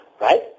right